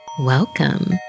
welcome